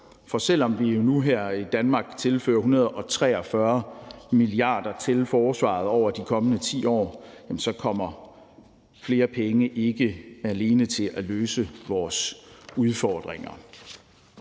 For selv om vi jo nu her i Danmark tilfører 143 mia. kr. til forsvaret over de kommende 10 år, kommer flere penge ikke alene til at løse vores udfordringer.